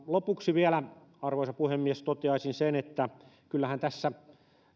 lopuksi vielä arvoisa puhemies toteaisin sen että kyllähän tässä